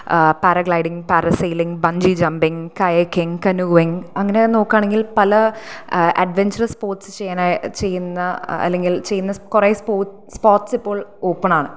ആ paragliding parasailing bungee jumping kayaking canoeing അങ്ങനെ നോക്കുകയാണെങ്കിൽ പല അഡ്വെഞ്ചറസ് സ്പോർട്സ് ചെയ്യാനായി ചെയ്യുന്ന അല്ലെങ്കിൽ ചെയ്യുന്ന കുറെ സ്പോർട്സ് പാർക്സിപ്പോൾ ഓപ്പണാണ്